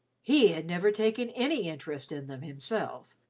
he had never taken any interest in them himself,